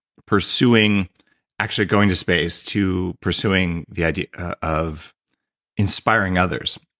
pursuing actually going to space to pursuing the idea of inspiring others.